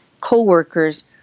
co-workers